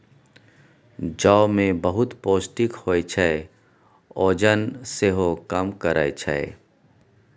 जौ मे बहुत पौष्टिक होइ छै, ओजन सेहो कम करय छै